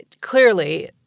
clearly